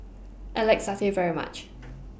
I like Satay very much